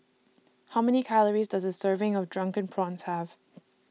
How Many Calories Does A Serving of Drunken Prawns Have